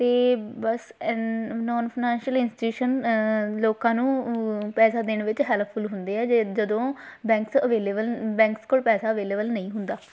ਅਤੇ ਬਸ an non financial institution ਲੋਕਾਂ ਨੂੰ ਪੈਸਾ ਦੇਣ ਵਿੱਚ ਹੈਲਪਫੁਲ ਹੁੰਦੇ ਆ ਜਦੋਂ ਬੈਂਕਸ ਅਵੇਲੇਬਲ ਬੈਂਕਸ ਕੋਲ ਪੈਸਾ ਅਵੇਲੇਬਲ ਨਹੀਂ ਹੁੰਦਾ